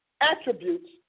attributes